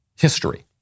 history